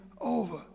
over